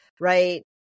right